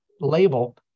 label